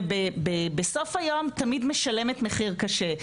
ובסוף היום תמיד משלמת מחיר קשה.